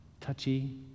Touchy